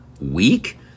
week